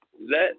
Let